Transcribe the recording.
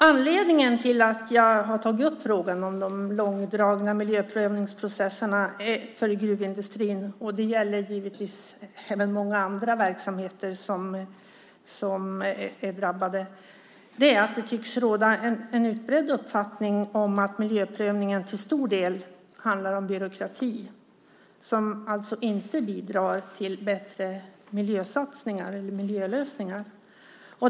Anledningen till att jag har tagit upp frågan om de långdragna miljöprövningsprocesserna för gruvindustrin - och det gäller givetvis även många andra verksamheter - är att det tycks råda en utbredd uppfattning om att miljöprövningen till stor del handlar om byråkrati som alltså inte bidrar till bättre miljösatsningar eller miljölösningar.